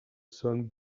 sun